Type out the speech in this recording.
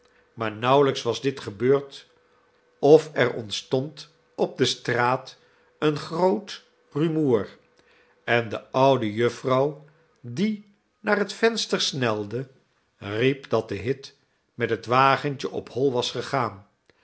maar nauwelijks was dit gebeurd of er ontstond op de straat een groot rumoer en de oude jufvrouw die naar het venster snelde riep dat de hit met het wagentje op hoi was gegaan